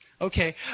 okay